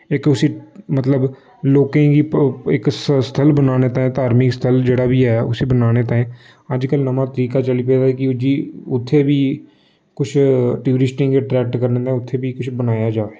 इक उसी मतलब लोकें गी इक स्थल बनाने ताईं धार्मिक स्थल जेह्ड़ा बी ऐ उसी बनाने ताईं अज्जकल नमां तरीका चली पेदा कि जी उत्थैं बी कुछ टूरिस्टें गी अट्रैक्ट करने ताईं उत्थै बी कुछ बनाया जाए